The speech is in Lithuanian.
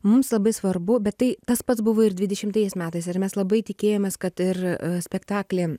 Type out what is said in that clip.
mums labai svarbu bet tai tas pats buvo ir dvidešimtais metais mes labai tikėjomės kad ir spektaklį